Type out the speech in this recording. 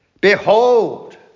behold